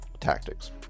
tactics